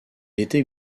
était